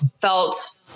felt